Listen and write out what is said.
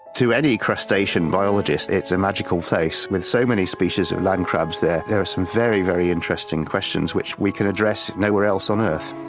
to any crustacean biologists it's a magical place. with so many species of land crabs there, there are some very, very interesting questions which we can address nowhere else on earth.